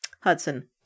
Hudson